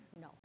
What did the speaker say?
No